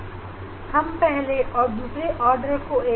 हम एक निर्धारित रंग का पहले और दूसरे आर्डर को लेंगे